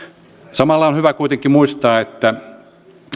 samalla on hyvä kuitenkin muistaa että